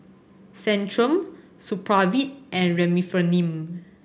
Centrum Supravit and Remifemin